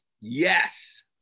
Yes